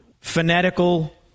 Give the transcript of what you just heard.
fanatical